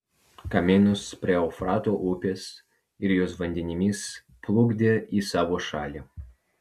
kamienus prie eufrato upės ir jos vandenimis plukdė į savo šalį